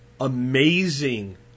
amazing